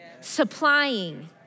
supplying